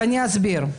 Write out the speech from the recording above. ואני אסביר.